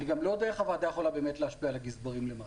אני גם לא יודע איך הוועדה יכולה באמת להשפיע על הגזברים למעלה,